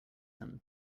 him